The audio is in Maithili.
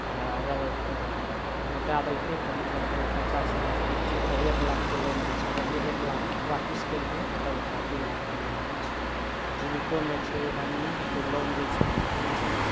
अगर लौटै देलकै तऽ मतलब पहिले पचास हजारके जे छै तब एक लाखके लोन दै छै अगरओ एक लाख आपस करि दैए तब ओकरा दुइ लाखके लोन दै छै जीविकोमे छै इएह नियम जे लोन जे छै कि कहै छै